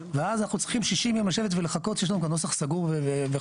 ואז אנחנו צריכים 60 ימים לשבת ולחכות שיש לנו את הנוסח סגור וחתום.